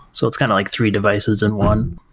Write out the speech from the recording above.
so it's kind of like three devices in one.